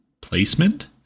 placement